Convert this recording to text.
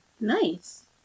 Nice